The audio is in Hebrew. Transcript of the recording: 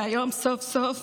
והיום סוף-סוף